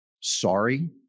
sorry